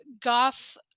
goth